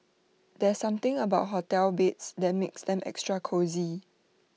there's something about hotel beds that makes them extra cosy